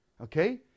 Okay